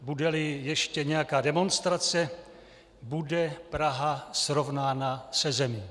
Budeli ještě nějaká demonstrace, bude Praha srovnána se zemí.